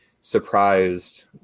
surprised